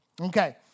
Okay